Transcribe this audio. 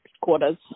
quarters